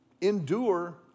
endure